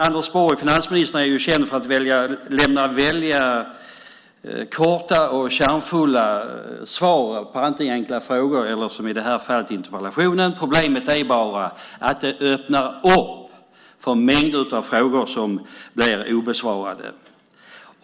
Anders Borg, finansministern, är ju känd för att lämna korta och kärnfulla svar på antingen skriftliga frågor eller som i detta fall interpellationer. Problemet är bara att det öppnar upp för mängder av frågor som blir obesvarade.